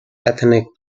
ethnic